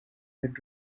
and